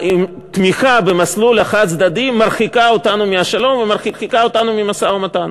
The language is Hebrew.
תמיכה במסלול החד-צדדי מרחיקה אותנו מהשלום ומרחיקה אותנו ממשא-ומתן.